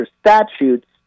statutes